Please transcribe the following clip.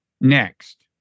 next